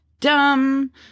dumb